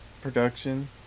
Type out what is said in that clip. production